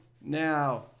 now